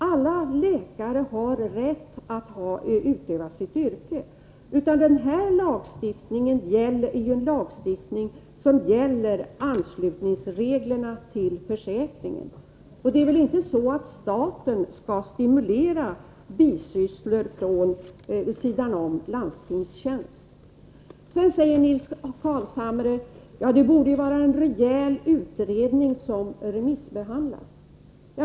Alla läkare har rätt att utöva sitt yrke. Den här lagstiftningen gäller reglerna för anslutning till försäkringen. Det är väl inte så att staten skall stimulera bisysslor vid sidan om landstingstjänst? Sedan säger Nils Carlshamre att det borde företas en rejäl utredning som remissbehandlas.